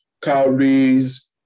calories